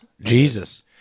Jesus